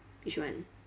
which one